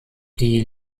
die